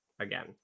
again